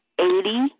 eighty